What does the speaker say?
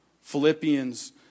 Philippians